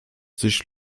sich